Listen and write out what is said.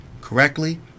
correctly